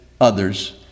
others